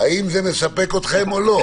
האם זה מספק אתכם או לא?